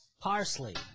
Parsley